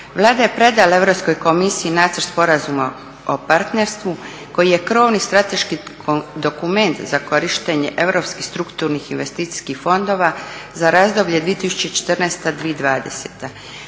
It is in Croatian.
Vlada je predala Europskoj komisiji Nacrt sporazuma o partnerstvu koji je krovni strateški dokument za korištenje europskih strukturnih investicijskih fondova za razdoblje 2014.-2020.